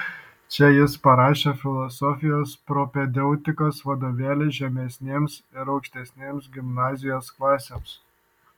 čia jis parašė filosofijos propedeutikos vadovėlį žemesnėms ir aukštesnėms gimnazijos klasėms